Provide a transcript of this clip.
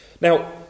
Now